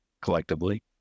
collectively